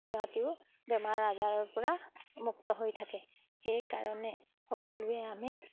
সিহঁতিও বেমাৰ আজাৰৰপৰা মুক্ত হৈ থাকে সেইকাৰণে সকলোৱে আমি